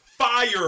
fire